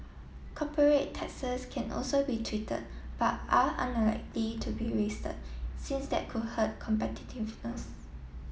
corporate taxes can also be tweeted but are unlikely to be raised since that could hurt competitiveness